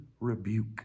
rebuke